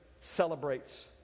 celebrates